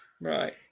Right